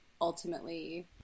ultimately